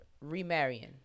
Remarrying